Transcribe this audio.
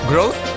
Growth